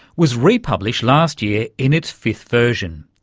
was republished last year in its fifth version,